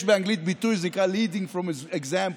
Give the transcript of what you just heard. יש באנגלית ביטוי, Leading by Example,